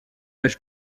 âge